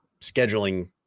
scheduling